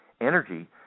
energy